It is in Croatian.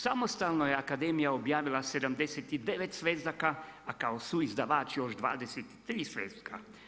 Samostalno je akademija objavila 79 svezaka a kao suizdavač još 23 sveska.